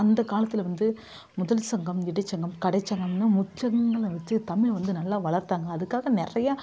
அந்த காலத்தில் வந்து முதல் சங்கம் இடைச்சங்கம் கடைச்சங்கம்னு முச்சங்கங்களை வைச்சு தமிழ் வந்து நல்லா வளர்த்தாங்க அதுக்காக நிறையா